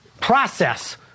process